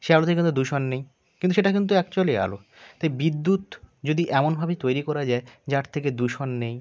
সেই আলোতে কিন্তু দূষণ নেই কিন্তু সেটা কিন্তু অ্যাকচুয়ালি আলো তাই বিদ্যুৎ যদি এমনভাবেই তৈরি করা যায় যার থেকে দূষণ নেই